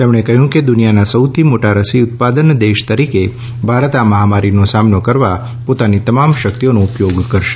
તેમણે કહ્યું કે દુનિયાના સૌથી મોટા રસી ઉત્પાદન દેશ તરીકે ભારત આ મહામારીનો સામનો કરવા પોતાની તમામ શક્તિઓનો ઉપયોગ કરશે